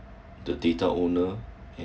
the data owner and